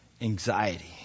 anxiety